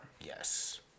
Yes